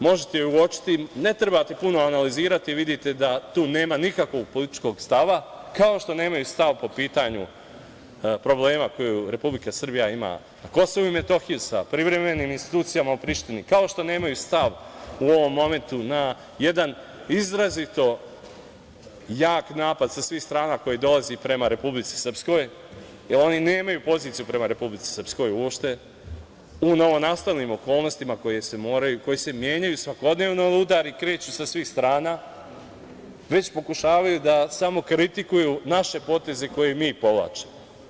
Možete je uočiti, ne trebate puno analizirati i videti da tu nema nikakvog političkog stava, kao što nemaju stav po pitanju problema koje Republika Srbija ima na KiM sa privremenim institucijama u Prištini, kao što nemaju stav u ovom momentu na jedan izrazito jak napad sa svih strana koji dolazi prema Republici Srpskoj, jer oni nemaju poziciju prema Republici Srpskoj uopšte, u novonastalim okolnostima koji se menjaju svakodnevno i udari kreću sa svih strana, već pokušavaju da samo kritikuju naše poteze koje mi povlačimo.